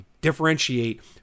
differentiate